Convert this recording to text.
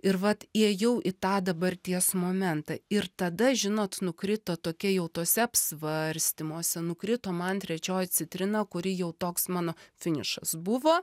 ir vat įėjau į tą dabarties momentą ir tada žinot nukrito tokia jau tuose svarstymuose nukrito man trečioji citrina kuri jau toks mano finišas buvo